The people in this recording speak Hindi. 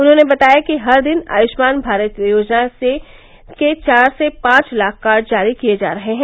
उन्होंने बताया कि हर दिन आयुष्मान भारत योजना के चार से पांच लाख कार्ड जारी किये जा रहे हैं